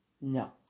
No